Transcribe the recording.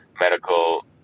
medical